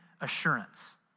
assurance